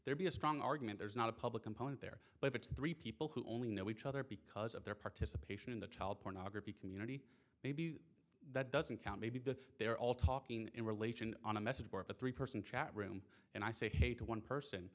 there be a strong argument there's not a public component there but it's three people who only know each other because of their participation in the child pornography community maybe that doesn't count maybe that they're all talking in relation on a message board a three person chat room and i say hey to one person